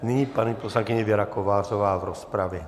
Nyní paní poslankyně Věra Kovářová v rozpravě.